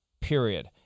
period